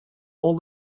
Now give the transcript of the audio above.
all